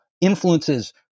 influences